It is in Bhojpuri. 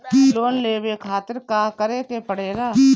लोन लेवे के खातिर का करे के पड़ेला?